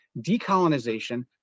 decolonization